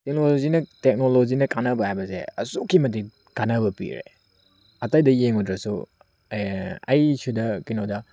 ꯇꯦꯛꯅꯣꯂꯣꯖꯤꯅ ꯇꯦꯛꯅꯣꯂꯣꯖꯤꯅ ꯀꯥꯟꯅꯕ ꯍꯥꯏꯕꯁꯤ ꯑꯁꯨꯛꯀꯤ ꯃꯇꯤꯛ ꯀꯥꯟꯅꯕ ꯄꯤꯔꯤ ꯑꯇꯩꯗ ꯌꯦꯡꯉꯨꯗ꯭ꯔꯁꯨ ꯑꯩ ꯁꯤꯗ ꯀꯩꯅꯣꯗ